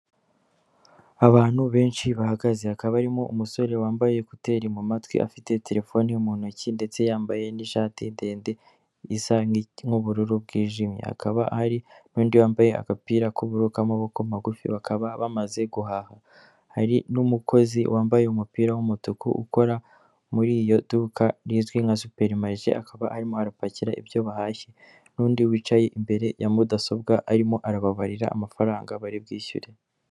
Abantu benshi bahagaze hakaba harimo umusore wambaye ekuteri mu matwi afite terefone mu ntoki ndetse yambaye n'ishati ndende isa nk'ubururu bwijimye hakaba hari n'undi wambaye agapira k'ubururu k'amaboko magufi bakaba bamaze guhaha hari n'umukozi wambaye umupira w'umutuku ukora muri iyo duka rizwi nka superi marishe akaba arimo arapakira ibyo bahashye n'undi wicaye imbere ya mudasobwa arimo arababarira amafaranga bari bwishyure.